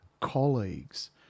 colleagues